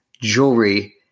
jewelry